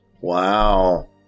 Wow